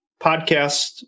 podcast